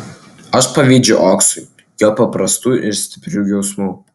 aš pavydžiu oksui jo paprastų ir stiprių jausmų